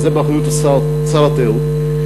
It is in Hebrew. זה באחריות שר התיירות,